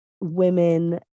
women